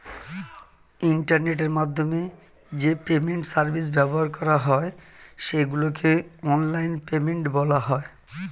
ইন্টারনেটের মাধ্যমে যে পেমেন্ট সার্ভিস ব্যবহার করা হয় সেগুলোকে অনলাইন পেমেন্ট বলা হয়